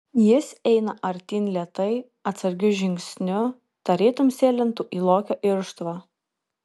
jis eina artyn lėtai atsargiu žingsniu tarytum sėlintų į lokio irštvą